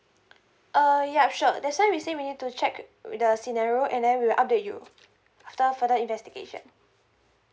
uh ya sure that's why we say we need to check with the scenario and then we'll update you after further investigation